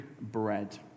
Bread